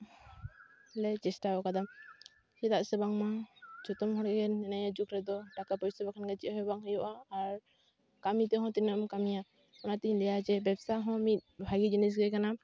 ᱞᱮ ᱪᱮᱥᱴᱟᱣ ᱠᱟᱫᱟ ᱪᱮᱫᱟᱜ ᱥᱮ ᱵᱟᱝᱢᱟ ᱡᱚᱛᱚᱢ ᱦᱚᱲᱜᱮ ᱱᱤᱭᱟᱹ ᱡᱩᱜᱽ ᱨᱮᱫᱚ ᱴᱟᱠᱟ ᱯᱚᱭᱥᱟ ᱵᱟᱝᱠᱷᱟᱱ ᱪᱮᱫ ᱜᱮ ᱵᱟᱝ ᱦᱩᱭᱩᱜᱼᱟ ᱟᱨ ᱠᱟᱹᱢᱤ ᱛᱮᱦᱚᱸ ᱛᱤᱱᱟᱹᱜ ᱮᱢ ᱠᱟᱹᱢᱤᱭᱟ ᱚᱱᱟ ᱛᱤᱧ ᱞᱟᱹᱭᱟ ᱡᱮ ᱵᱮᱵᱥᱟ ᱦᱚᱸ ᱢᱤᱫ ᱵᱷᱟᱹᱜᱤ ᱡᱤᱱᱤᱥ ᱜᱮ ᱠᱟᱱᱟ